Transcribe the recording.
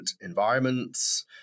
environments